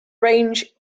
range